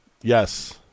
Yes